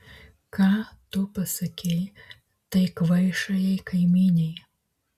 ką tu pasakei tai kvaišajai kaimynei